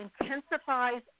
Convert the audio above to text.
intensifies